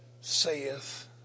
saith